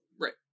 Right